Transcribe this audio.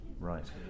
Right